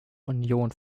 union